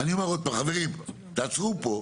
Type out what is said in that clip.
אני אומר עוד פעם, חברים, תעצרו פה.